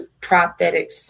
prophetic